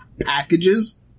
packages